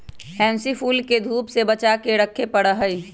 pansy फूल के धूप से बचा कर रखे पड़ा हई